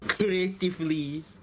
creatively